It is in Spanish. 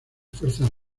fuerzas